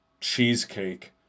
cheesecake